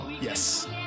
yes